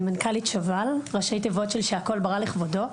אני מנכ"לית שב"ל ראשי תיבות של "שהכל ברא לכבודו".